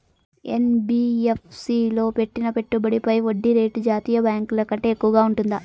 NBFC లో పెట్టిన పెట్టుబడి పై వడ్డీ రేటు జాతీయ బ్యాంకు ల కంటే ఎక్కువగా ఉంటుందా?